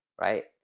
right